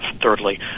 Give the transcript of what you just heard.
thirdly